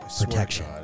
protection